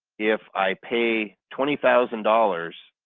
if i pay twenty thousand dollars.